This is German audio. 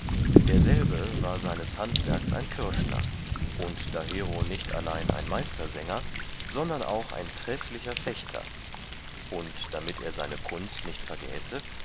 derselbe war seines handwerks ein kürschner und dahero nicht allein ein meistersänger sondern auch ein trefflicher fechter und damit er seine kunst nicht vergäße